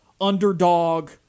underdog